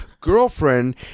girlfriend